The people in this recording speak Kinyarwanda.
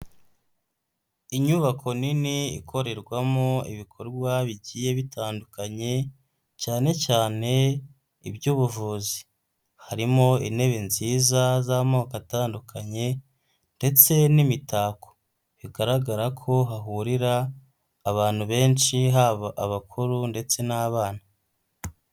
Inyubako nini ikorerwamo ibikorwa bigiye bitandukanye cyane cyane iby'ubuvuzi. Harimo intebe nziza z'amoko atandukanye ndetse n'imitako, bigaragara ko hahurira abantu benshi haba abakuru ndetse n'abana.